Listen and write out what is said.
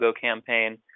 campaign